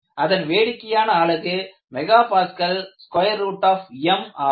அதன் வேடிக்கையான அலகு MPamஆகும்